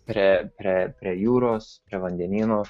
prie prie prie jūros prie vandenyno